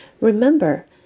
Remember